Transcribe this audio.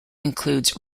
includes